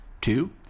Two